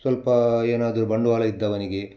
ಸ್ವಲ್ಪ ಏನಾದರು ಬಂಡ್ವಾಲ ಇದ್ದವನಿಗೆ